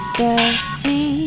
Ecstasy